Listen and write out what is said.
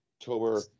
October